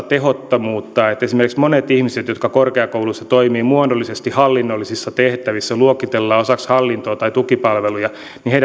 tehottomuutta esimerkiksi monien ihmisten jotka korkeakouluissa toimivat muodollisesti hallinnollisissa tehtävissä ja jotka luokitellaan osaksi hallintoa tai tukipalveluja